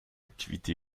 activités